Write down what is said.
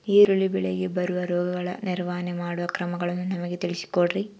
ಈರುಳ್ಳಿ ಬೆಳೆಗೆ ಬರುವ ರೋಗಗಳ ನಿರ್ವಹಣೆ ಮಾಡುವ ಕ್ರಮಗಳನ್ನು ನಮಗೆ ತಿಳಿಸಿ ಕೊಡ್ರಿ?